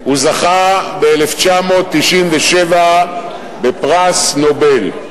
הוא זכה ב-1997 בפרס נובל.